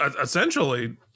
essentially